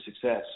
success